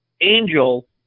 Angel